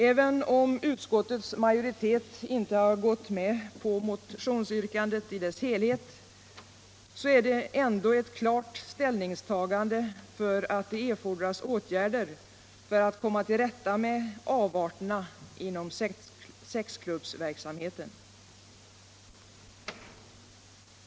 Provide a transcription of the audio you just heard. Även om utskottets majoritet inte har gått med på motionsyrkandet i dess helhet är dess skrivning ändå ett klan ställningstagande för att det erfordras åtgärder för att komma till rätta med avarterna inom sexklubbsverksamheten.